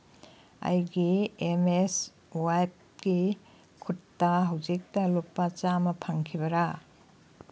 ꯑꯩꯒꯤ M S ꯋꯥꯏꯞꯀꯤ ꯈꯨꯠꯇ ꯍꯧꯖꯤꯛꯇ ꯂꯨꯄꯥ ꯆꯥꯝꯃ ꯐꯪꯈꯤꯕꯔꯥ